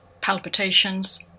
palpitations